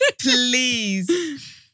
Please